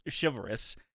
chivalrous